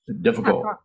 Difficult